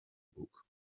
book